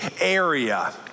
area